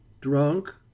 Drunk